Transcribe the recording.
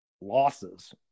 losses